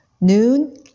Noon